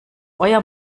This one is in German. euer